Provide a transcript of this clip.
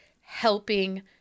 helping